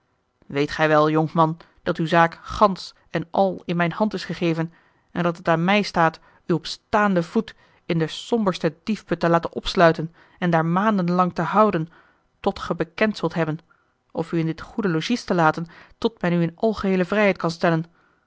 weet gij wel jonkman dat uwe zaak gansch en al in mijne hand is gegeven en dat het aan mij staat u op staanden voet in den sombersten diefput te laten opsluiten en daar maanden lang te houden tot ge bekend zult hebben of u in dit goede logies te laten tot men u in algeheele vrijheid kan stellen